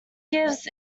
gives